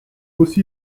aussi